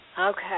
Okay